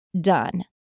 done